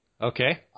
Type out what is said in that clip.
Okay